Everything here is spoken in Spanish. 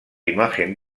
imagen